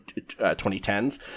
2010s